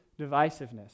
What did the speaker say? divisiveness